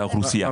זה האוכלוסייה.